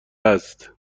است